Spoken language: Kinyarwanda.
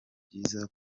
byiza